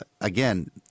Again